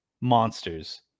monsters